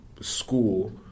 school